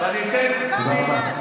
תודה רבה.